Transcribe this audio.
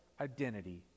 identity